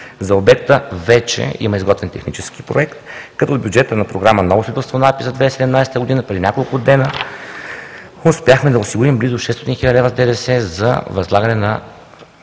За обекта вече има изготвен технически проект, като от бюджета на Програма „Ново строителство“ на АПИ за 2017 г., преди няколко дни успяхме да осигурим близо 600 хил. лв. с ДДС за възлагане на